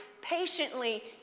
patiently